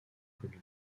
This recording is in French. commis